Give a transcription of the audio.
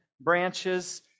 branches